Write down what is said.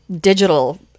digital